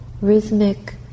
rhythmic